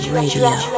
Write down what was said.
radio